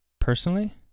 personally